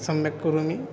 सम्यक् करोमि